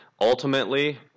ultimately